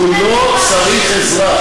הוא לא צריך עזרה.